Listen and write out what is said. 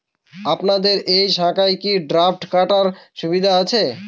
আপনাদের এই শাখায় কি ড্রাফট কেনার সুবিধা আছে?